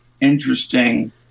interesting